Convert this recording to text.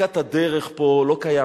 בצדקת הדרך פה לא קיים.